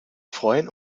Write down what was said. freuen